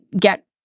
get